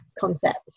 concept